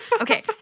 Okay